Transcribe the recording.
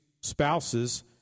spouse's